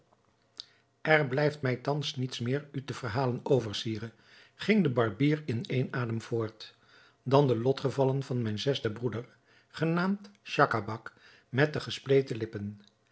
er blijft mij thans niets meer u te verhalen over sire ging de barbier in een adem voort dan de lotgevallen van mijn zesden broeder genaamd schacabac met de gespleten lippen